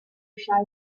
shy